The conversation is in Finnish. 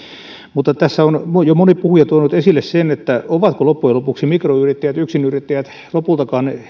mutta tässä on jo moni puhuja tuonut esille sen ovatko mikroyrittäjät yksinyrittäjät lopultakaan